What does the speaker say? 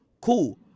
cool